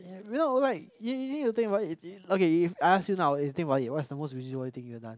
you know like you need to think about okay if I ask you now you think about it what's the most busybody thing have you done